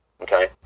Okay